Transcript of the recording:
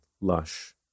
lush